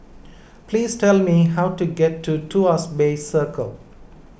please tell me how to get to Tuas Bay Circle